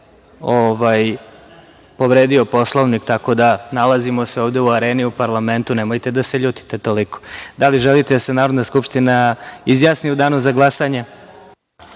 povredio Poslovnik. Tako da, nalazimo se ovde u areni, u parlamentu, nemojte da se ljutite toliko. Da li želite da se Narodna skupština izjasni u Danu za glasanje?